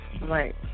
Right